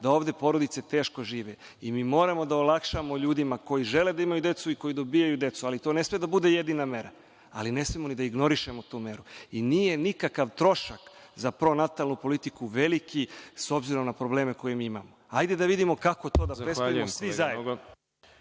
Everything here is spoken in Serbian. da ovde porodice teško žive i moramo da olakšamo ljudima koji žele da imaju decu i koji dobijaju decu, ali to ne sme da bude jedina mera i ne smemo da ignorišemo tu meru. Nije nikakav trošak za pronatalnu politiku veliki, s obzirom na probleme koje ima. Hajde da vidimo kako to da uradimo svi zajedno.